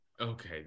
Okay